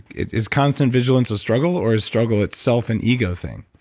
is constant vigilance a struggle, or is struggle itself an ego thing?